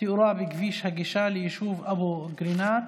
תאורה בכביש הגישה ליישוב אבו קרינאת.